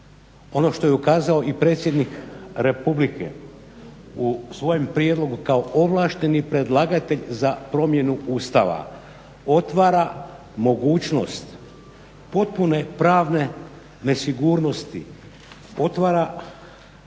ono što je ukazao i predsjednik republike u svojem prijedlogu kao ovlašteni predlagatelj za promjenu Ustava, otvara mogućnost potpune pravne nesigurnosti, otvara